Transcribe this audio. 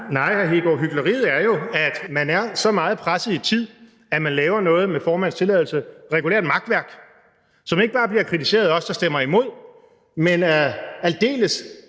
Kristian Hegaard. Hykleriet er jo, at man er så presset i tid, at man laver noget – med formandens tilladelse – regulært makværk, som ikke bare bliver kritiseret af os, der stemmer imod, men af aldeles